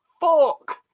Fuck